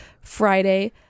Friday